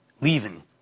leaving